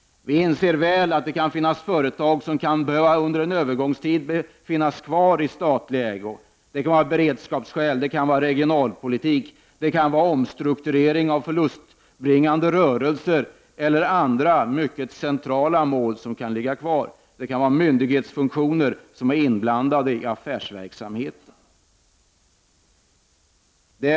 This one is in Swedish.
Vi inser mycket väl att det kan finnas företag som under en övergångstid kan behöva finnas kvar i statlig ägo, av beredskapsskäl, av regionalpolitiska skäl, i samband med omstrukturering av förlustbringande rörelser eller av andra mycket centrala skäl. Bl.a. kan myndighetsfunktioner vara inblandade i affärsverksamheten.